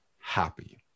happy